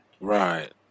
Right